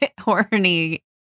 horny